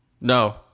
No